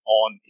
on